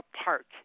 apart